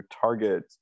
target